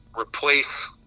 replace